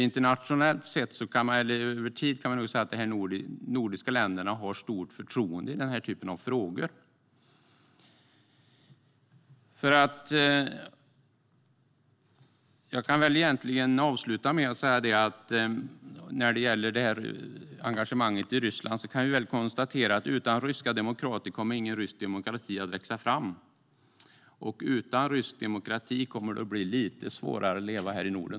Internationellt sett och över tid kan man se att de nordiska länderna har stort förtroende i den här typen av frågor. Jag kan avsluta med att säga att när det gäller engagemanget i Ryssland kan vi konstatera att utan ryska demokrater kommer ingen rysk demokrati att växa fram. Och utan rysk demokrati kommer det att bli lite svårare att leva här i Norden.